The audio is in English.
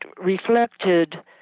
reflected